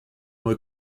were